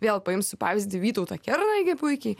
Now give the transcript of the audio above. vėl paimsiu pavyzdį vytautą kernagį puikiai